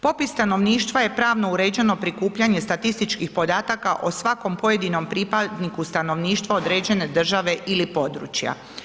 Popis stanovništva je pravno uređeno prikupljanje statističkih podataka o svakom pojedinom pripadniku stanovništva određen države ili područja.